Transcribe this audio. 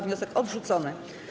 Wniosek odrzucony.